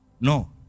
No